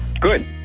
Good